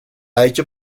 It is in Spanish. hecho